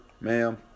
ma'am